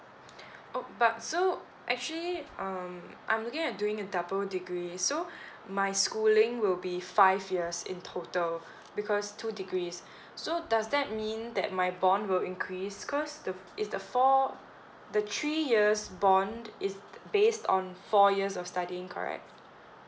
oh but so actually um I'm looking at doing a double degree so my schooling will be five years in total because two degrees so does that mean that my bond will increase cause the is the four the three years bond is based on four years of studying correct